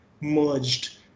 merged